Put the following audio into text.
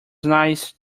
nice